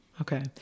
Okay